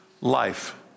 life